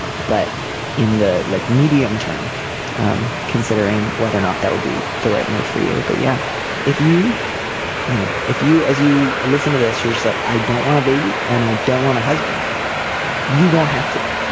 but in the like medium term um considering whether or not that will be the right move for you but yeah if you you know if you as you listen to this year like i don't want a baby and i don't want a husband you don't have to.